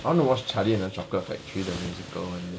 I want to watch charlie and the chocolate factory the musical